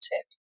tip